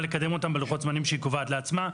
לקדם אותם בלוחות הזמנים שהיא קובעת לעצמה.